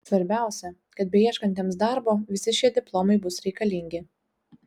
svarbiausia kad beieškantiems darbo visi šie diplomai bus reikalingi